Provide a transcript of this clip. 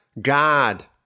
God